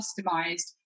customized